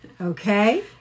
okay